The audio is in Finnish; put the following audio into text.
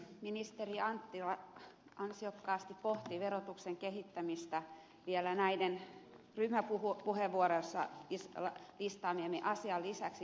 ministeri anttila ansiokkaasti pohti verotuksen kehittämistä vielä näiden ryhmäpuheenvuorossa listaamieni asioiden lisäksi